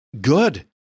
good